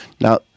Now